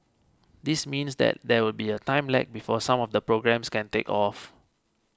this means that there will be a time lag before some of the programmes can take off